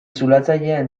zulatzaileen